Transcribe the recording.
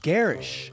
Garish